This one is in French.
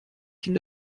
qu’il